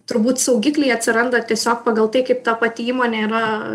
turbūt saugikliai atsiranda tiesiog pagal tai kaip ta pati įmonė yra